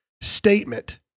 statement